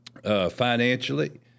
Financially